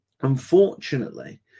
unfortunately